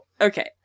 okay